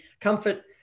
comfort